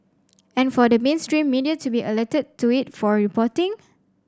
and for the mainstream media to be alerted to it for reporting